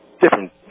different